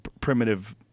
primitive